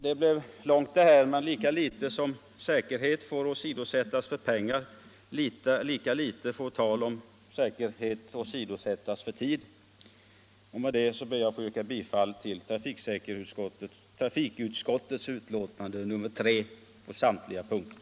Det blev ett långt anförande, men lika litet som säkerhet får åsidosättas för pengar, lika litet får tal om säkerhet åsidosättas för tid. Med det ber jag att få yrka bifall till trafikutskottets hemställan på samtliga punkter.